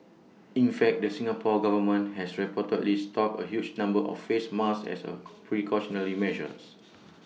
in fact the Singapore Government has reportedly stocked A huge number of face masks as A precautionary measures